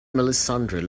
melissandre